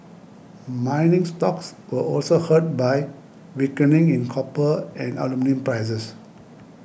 mining stocks were also hurt by weakening in copper and aluminium prices